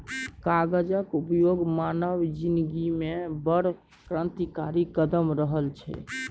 कागजक उपयोग मानव जिनगीमे बड़ क्रान्तिकारी कदम रहल छै